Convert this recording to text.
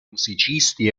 musicisti